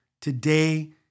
today